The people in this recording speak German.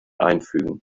einfügen